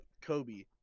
Kobe